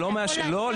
לא.